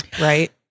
right